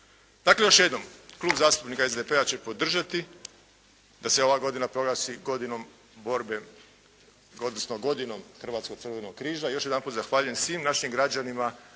Dakle, još jednom. Klub zastupnika SDP-a će podržati da se ova godina proglasi godinom borbe odnosno godinom Hrvatskog crvenog križa. Još jedanput zahvaljujem svim našim građanima